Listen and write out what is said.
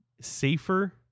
safer